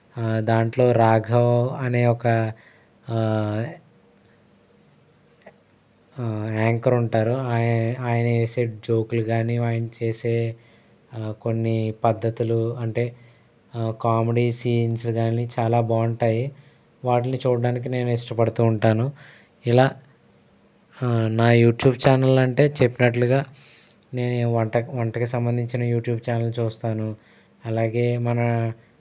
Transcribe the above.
దాంట్లో రాఘవ్ అనే ఒక యాంకర్ ఉంటారు అవి ఆయన వేసే జోకులు కానీ ఆయన చేసే కొన్ని పద్ధతులు అంటే కామెడీ సీన్స్ కానీ చాలా బాగుంటాయి వాటిని చూడటానికి నేను ఇష్టపడుతూ ఉంటాను ఇలా నా యూట్యూబ్ ఛానల్లు అంటే చెప్పినట్లుగా నేను ఈ వంట వంటకు సంబంధించిన యూట్యూబ్ ఛానల్లు చూస్తాను అలాగే మన